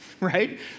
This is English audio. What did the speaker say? right